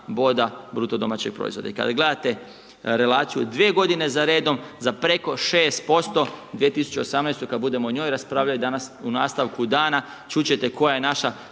boda BDP-a. I kada gledate relaciju 2 godine za redom za preko 6%, 2018., kada budemo o njoj raspravljali danas u nastavku dana čuti ćete koja je naša